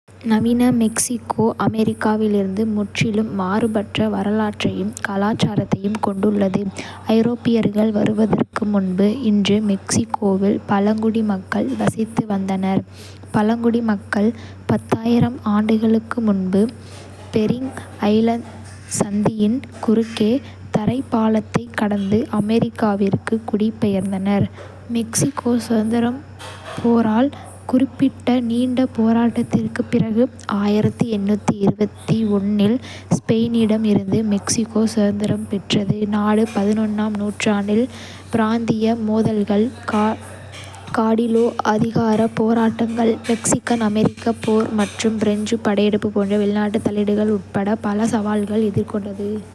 நவீன மெக்சிகோ, அமெரிக்காவிலிருந்து முற்றிலும் மாறுபட்ட வரலாற்றையும் கலாச்சாரத்தையும் கொண்டுள்ளது. ஐரோப்பியர்கள் வருவதற்கு முன்பு, இன்று மெக்சிகோவில் பழங்குடி மக்கள் வசித்து வந்தனர். பழங்குடி மக்கள் ஆண்டுகளுக்கு முன்பு பெரிங் ஜலசந்தியின் குறுக்கே தரைப்பாலத்தை கடந்து அமெரிக்காவிற்கு குடிபெயர்ந்தனர். மெக்சிகோ சுதந்திரப் போரால் குறிக்கப்பட்ட நீண்ட போராட்டத்திற்குப் பிறகு 1821 இல் ஸ்பெயினிடம் இருந்து மெக்சிகோ சுதந்திரம் பெற்றது. நாடு ஆம் நூற்றாண்டில் பிராந்திய மோதல்கள், காடிலோ அதிகாரப் போராட்டங்கள், மெக்சிகன்-அமெரிக்கப் போர் மற்றும் பிரெஞ்சு படையெடுப்பு போன்ற வெளிநாட்டு தலையீடுகள் உட்பட பல சவால்களை எதிர்கொண்டது.